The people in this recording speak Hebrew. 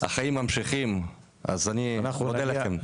החיים ממשיכים, אז אני מודה לכם.